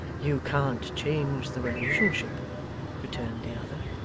you can't change the relationship returned the other.